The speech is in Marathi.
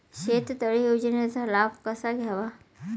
शेततळे योजनेचा लाभ कसा घ्यावा?